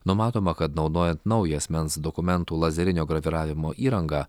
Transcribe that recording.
numatoma kad naudojant naują asmens dokumentų lazerinio graviravimo įrangą